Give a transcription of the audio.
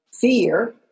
fear